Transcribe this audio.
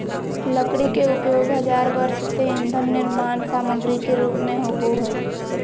लकड़ी के उपयोग हजार वर्ष से ईंधन निर्माण सामग्री के रूप में होबो हइ